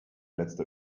letzte